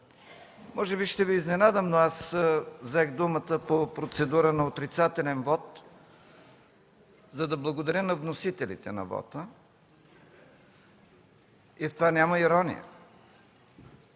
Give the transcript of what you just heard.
Може би ще Ви изненадам, но аз взех думата по процедура на отрицателен вот, за да благодаря на вносителите на вота. И в това няма ирония.